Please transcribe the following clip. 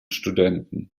studenten